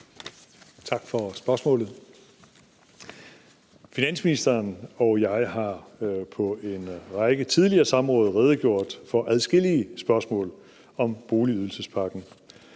Tak for spørgsmålet. Finansministeren og jeg har på en række tidligere samråd redegjort for adskillige spørgsmål om boligydelsespakken.